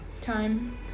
time